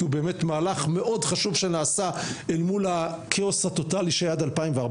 כי הוא באמת מהלך מאוד חשוב שנעשה אל מול הכאוס הטוטלי שהיה עד 2014,